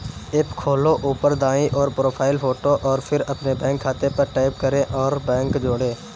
app खोलो, ऊपर दाईं ओर, प्रोफ़ाइल फ़ोटो और फिर अपने बैंक खाते पर टैप करें और बैंक जोड़ें